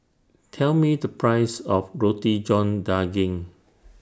Tell Me The Price of Roti John Daging